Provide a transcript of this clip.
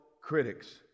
critics